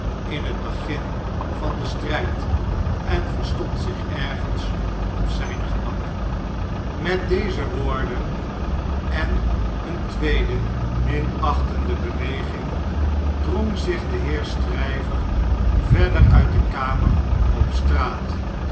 in het begin van den strn'd en verstopt zich ergens op zjjn gemak met deze woorden en eene tweede minachtende beweging drong zich de heer stryver verder uit de kamer op straat